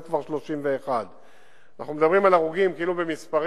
כבר 31. אנחנו מדברים על הרוגים כאילו במספרים,